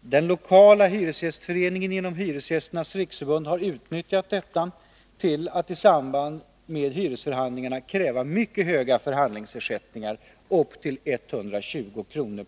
Den lokala hyresgästföreningen inom Hyresgästernas riksförbund har utnyttjat detta till att i samband med hyresförhandlingarna kräva mycket höga förhandlingsersättningar — upp till 120 kr.